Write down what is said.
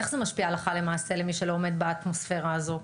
איך זה משפיע הלכה למעשה למי שלא עומד באטמוספירה הזו?